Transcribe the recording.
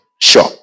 sure